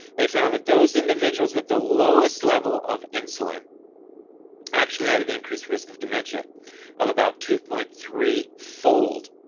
they found that those individuals with the lowest level of insulin actually had an increased risk of dementia of about two point three fold.